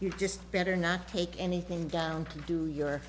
you just better not take anything down to do your